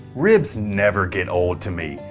ribs never get old to me,